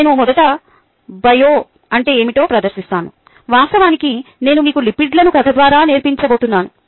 నేను మొదట బయో అంటే ఏమిటో ప్రదర్శిస్తాను వాస్తవానికి నేను మీకు లిపిడ్లను కథ ద్వారా నేర్పించబోతున్నాను